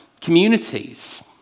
communities